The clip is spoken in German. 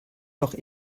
doch